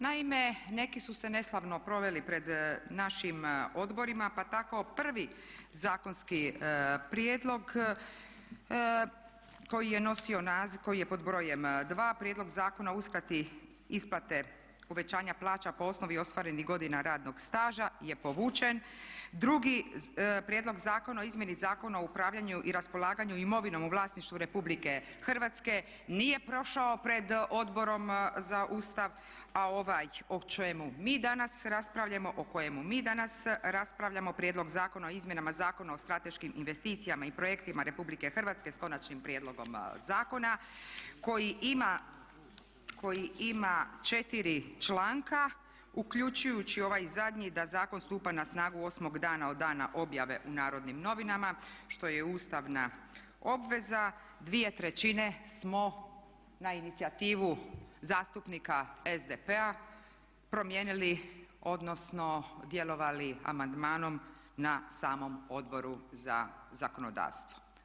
Naime, neki su se neslavno proveli pred našim odborima pa tako prvi zakonski prijedlog koji je nosi naziv, koji je pod brojem 2.prijedlog Zakona o uskrati isplate uvećanja plaća po osnovi ostvarenih godina radnog staža je povuče, drugi prijedlog Zakona o izmjeni Zakona o upravljanju i raspolaganju imovinom u vlasništvu RH nije prošao pred Odborom za Ustav, a ovaj o čemu mi danas raspravljamo, o kojemu mi danas raspravljamo prijedlog Zakona o izmjenama Zakona o strateškim investicijama i projektima RH s konačnim prijedlogom zakona koji ima 4 članka uključujući ovaj zakon da zakon stupa na snagu 8 dana od dana objave u Narodnim novinama što je ustavna obveza, dvije trećine smo na inicijativu zastupnika SDP-a promijenili odnosno djelovali amandmanom na samom Odboru za zakonodavstvo.